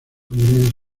williams